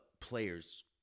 players